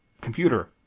computer